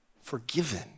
Forgiven